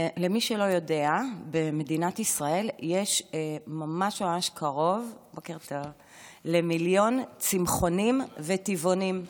למי שלא יודע: במדינת ישראל יש ממש ממש קרוב למיליון צמחונים וטבעונים.